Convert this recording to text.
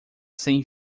sem